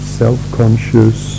self-conscious